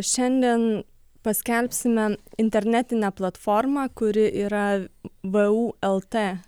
šiandien paskelbsime internetinę platformą kuri yra vu lt